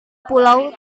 pulau